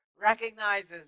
recognizes